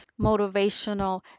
motivational